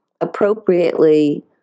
appropriately